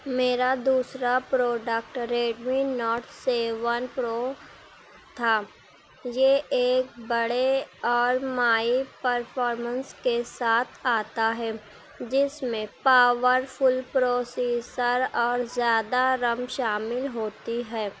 میرا دوسرا product Redmi note seven pro تھا یہ ایک بڑے اور مائی پرفارمنس کے ساتھ آتا ہے جس میں پاورفل پروسیسر اور زیادہ رم شامل ہوتی ہے